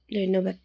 ধন্যবাদ